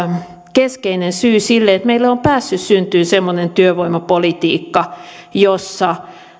keskeinen syy sille että meille on päässyt syntymään semmoinen työvoimapolitiikka jossa